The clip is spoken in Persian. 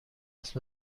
است